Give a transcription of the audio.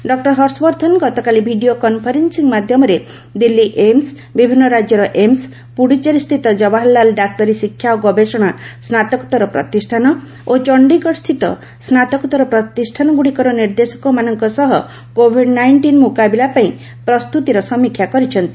doctor Harshvardhan ଗତକାଲି video conferencing ମାଧ୍ୟମରେ Delhi AIIMS ବିଭିନ୍ନ ରାଜ୍ୟର ଏମ୍ସ ପୁଡ଼ୁଚେରୀସ୍ଥିତ ଜବାହରଲାଲ ଡାକ୍ତରୀ ଶିକ୍ଷା ଓ ଗବେଷଣା ସ୍ନାତକୋତ୍ତର ପ୍ରତିଷ୍ଠାନ ଓ ଚଣ୍ଡୀଗଡ଼ସ୍ଥିତ ସ୍ନାତକୋତ୍ତର ପ୍ରତିଷ୍ଠାନଗୁଡ଼ିକର ନିର୍ଦ୍ଦେଶକମାନଙ୍କ ସହ କୋଭିଡ୍ ନାଇଷ୍ଟିଡ୍ ମୁକାବିଲା ପାଇଁ ପ୍ରସ୍ତୁତିର ସମୀକ୍ଷା କରିଛନ୍ତି